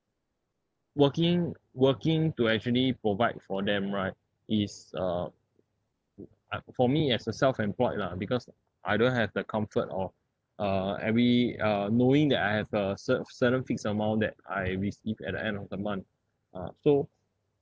working working to actually provide for them right is uh for me as a self-employed lah because I don't have the comfort of uh every uh knowing that I have a certain set of fixed amount that I received at the end of the month ah so